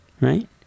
right